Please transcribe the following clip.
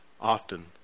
often